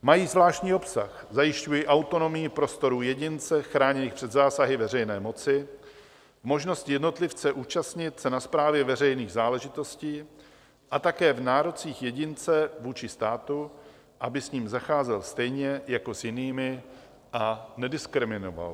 Mají zvláštní obsah zajišťují autonomii prostorů jedince chráněných před zásahy veřejné moci, v možnosti jednotlivce účastnit se na správě veřejných záležitostí a také v nárocích jedince vůči státu, aby s ním zacházel stejně jako s jinými a nediskriminoval ho.